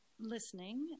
Listening